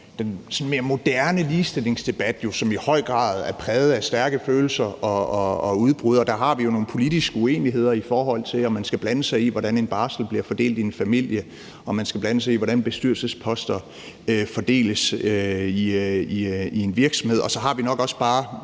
lidt mere moderne ligestillingsdebat, som jo i høj grad er præget af stærke følelser og udbrud, og der har vi nogle politiske uenigheder, i forhold til om man skal blande sig i, hvordan en barsel bliver fordelt i en familie, og om man skal blande sig i, hvordan bestyrelsesposter fordeles i en virksomhed. Og så er der nok også bare